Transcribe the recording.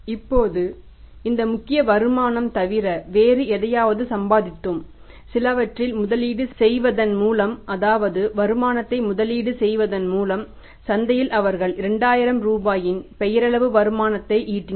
இப்போது இந்த முக்கிய வருமான தவிர வேறு எதையாவது சம்பாதித்தோம் சிலவற்றில் முதலீடு செய்வதன் மூலம் அதாவது வருமானத்தை முதலீடு செய்வதன் மூலம் சந்தையில் அவர்கள் 2000 ரூபாயின் பெயரளவு வருமானத்தை ஈட்டினர்